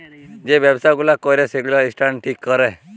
যে ব্যবসা গুলা ক্যরে সেগুলার স্ট্যান্ডার্ড ঠিক ক্যরে